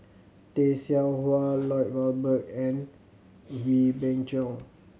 Tay Seow Huah Lloyd Valberg and Wee Beng Chong